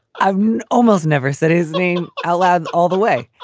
i've almost never said his name aloud all the way